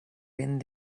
vent